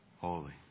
Holy